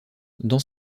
dans